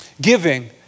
Giving